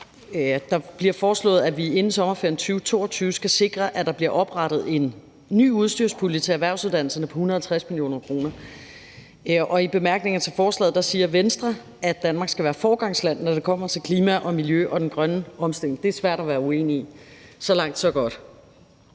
Det bliver foreslået, at vi inden sommerferien 2022 skal sikre, at der bliver oprettet en ny udstyrspulje til erhvervsuddannelserne på 150 mio. kr. Venstre skriver i bemærkningerne til forslaget, at Danmark skal være foregangsland, når det kommer til klima og miljø og den grønne omstilling. Det er svært at være uenig i. Så langt, så godt.